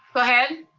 go ahead.